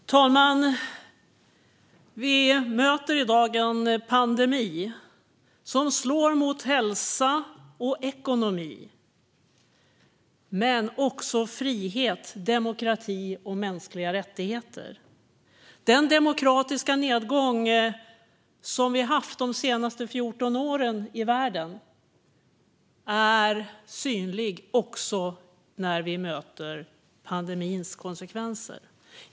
Fru talman! Vi möter i dag en pandemi som slår mot hälsa och ekonomi men också mot frihet, demokrati och mänskliga rättigheter. Den demokratiska nedgång vi har haft i världen de senaste 14 åren är synlig också när vi möter pandemins konsekvenser.